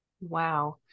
Wow